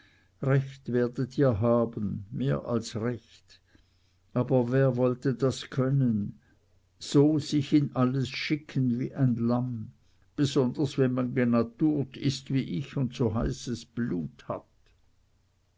recht werdet ihr haben mehr als recht aber wer wollte das können so sich in alles schicken wie ein lamm besonders wenn man genaturt ist wie ich und so heißes blut hat